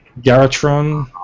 Garatron